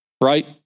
right